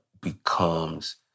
becomes